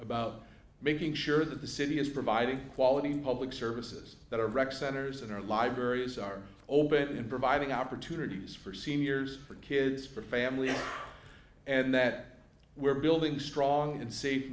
about making sure that the city is providing quality public services that are rec centers and our libraries are open and providing opportunities for seniors for kids for families and that we're building strong and safe